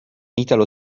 italo